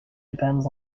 depends